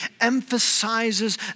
emphasizes